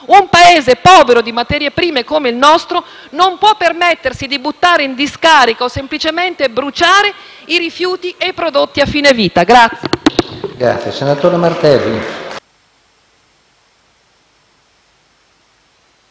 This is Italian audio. Un Paese povero di materie prime come il nostro non può permettersi di buttare in discarica o semplicemente bruciare i rifiuti e i prodotti a fine vita. *(Applausi dal Gruppo